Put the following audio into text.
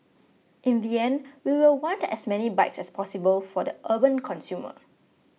in the end we will want as many bikes as possible for the urban consumer